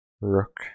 rook